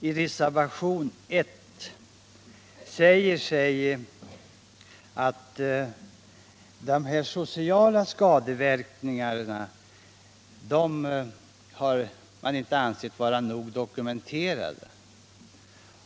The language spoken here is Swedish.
I reservationen 1 framhålls att de sociala skadeverkningarna inte kan anses vara tillräckligt väl dokumenterade.